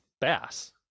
bass